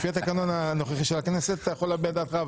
לפי התקנון הנוכחי של הכנסת אתה יכול להביע את דעתך,